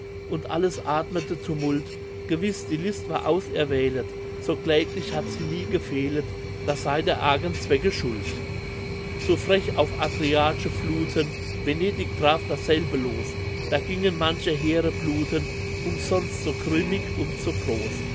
und alles atmete tumult gewiß die list war auserwählet so kläglich hat sie nie gefehlet das sei der argen zwecke schuld zu frech auf adriatschen fluten venedig traf dasselbe los da gingen manche heere bluten umsonst so grimmig und so groß